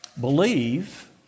believe